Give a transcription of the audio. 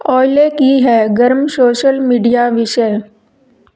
ਉਲੇ ਕੀ ਹੈ ਗਰਮ ਸੋਸ਼ਲ ਮੀਡੀਆ ਵਿਸ਼ੇ